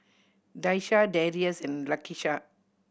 Daisha Darius and Lakisha